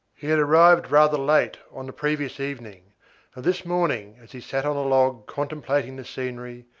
he had arrived rather late on the previous evening, and this morning, as he sat on a log contemplating the scenery,